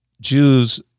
Jews